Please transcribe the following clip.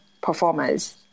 performers